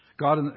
God